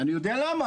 אני יודע למה.